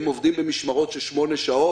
הם עובדים במשמרות של שמונה שעות,